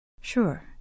Sure